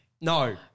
no